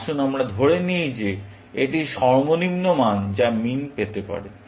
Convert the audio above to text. আসুন আমরা ধরে নিই যে এটি সর্বনিম্ন মান যা মিন পেতে পারে